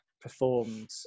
performed